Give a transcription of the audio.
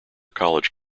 college